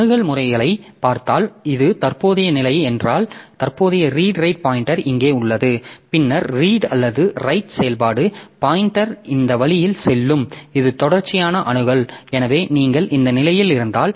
அணுகல் முறைகளைப் பார்த்தால் இது தற்போதைய நிலை என்றால் தற்போதைய ரீட் ரைட் பாய்ன்டெர் இங்கே உள்ளது பின்னர் ரீட் அல்லது ரைட் செயல்பாடு பாய்ன்டெர் இந்த வழியில் செல்லும் இது தொடர்ச்சியான அணுகல் எனவே நீங்கள் இந்த நிலையில் இருந்தால்